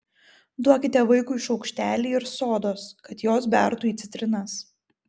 duokite vaikui šaukštelį ir sodos kad jos bertų į citrinas